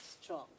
Strong